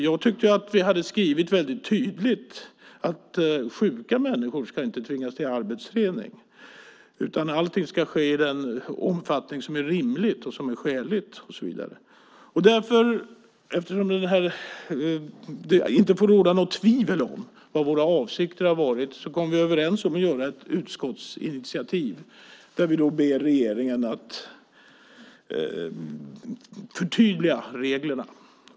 Jag tyckte att vi tydligt hade skrivit att sjuka människor inte ska tvingas till arbetsträning. Allt ska ske i den omfattning som är rimlig. Eftersom det inte får råda något tvivel om våra avsikter kom vi överens om ett utskottsinitiativ. Vi bad regeringen att förtydliga reglerna.